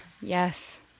Yes